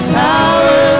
power